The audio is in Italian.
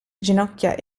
ginocchia